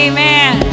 Amen